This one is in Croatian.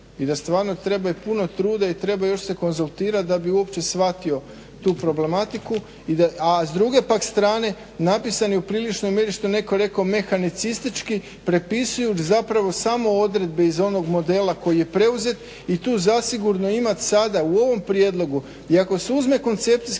i da stvarno trebaju puno truda i treba još se konzultirati da bi uopće shvatio tu problematiku. A s druge pak strane napisan je u priličnoj mjeri što je netko rekao mehanicistički, prepisujući samo odredbe iz onog modela koji je preuzet i tu zasigurno imati sada u ovom prijedlogu i ako se uzme koncepcijski